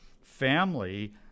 family